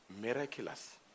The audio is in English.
miraculous